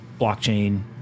blockchain